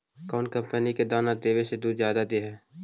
कौन कंपनी के दाना देबए से दुध जादा दे है?